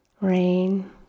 rain